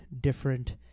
different